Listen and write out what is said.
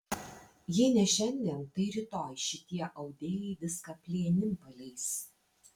jei ne šiandien tai rytoj šitie audėjai viską plėnim paleis